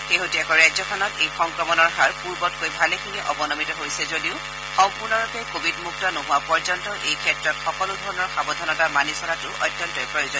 শেহতীয়াকৈ ৰাজ্যখনত এই সংক্ৰমণৰ হাৰ পূৰ্বতকৈ ভালেখিনি অৱনমিত হৈছে যদিও সম্পূৰ্ণৰূপে কোৱিডমুক্ত নোহোৱা পৰ্যন্ত এইক্ষেত্ৰত সকলোধৰণৰ সাৱধানতা মানি চলাটো অত্যন্ত প্ৰয়োজন